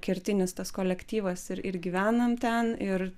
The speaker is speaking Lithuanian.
kertinis tas kolektyvas ir ir gyvenam ten ir